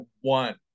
one